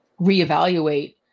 reevaluate